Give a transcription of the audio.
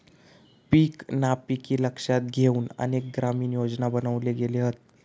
पीक नापिकी लक्षात घेउन अनेक ग्रामीण योजना बनवले गेले हत